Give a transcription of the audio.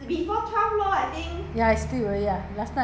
!huh! I didn't hear leh I slept already ah what time